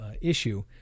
issue